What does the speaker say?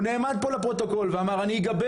הוא נעמד פה לפרוטוקול ואמר: אני אגבה